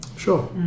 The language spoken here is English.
Sure